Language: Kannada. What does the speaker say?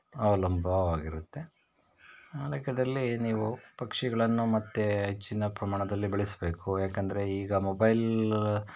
ಅವಲಂಬವಾಗಿರುತ್ತೆ ಆ ಲೆಕ್ಕದಲ್ಲಿ ನೀವು ಪಕ್ಷಿಗಳನ್ನು ಮತ್ತೆ ಹೆಚ್ಚಿನ ಪ್ರಮಾಣದಲ್ಲಿ ಬೆಳೆಸಬೇಕು ಯಾಕಂದರೆ ಈಗ ಮೊಬೈಲ್